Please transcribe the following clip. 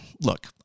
look